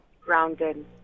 Grounded